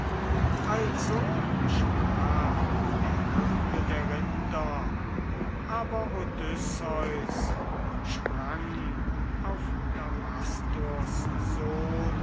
also sprach der hirte der rinder aber odysseus sprang auf damastors sohn